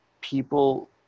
people